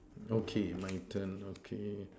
okay my turn okay